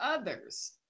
others